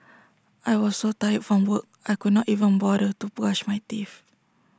I was so tired from work I could not even bother to brush my teeth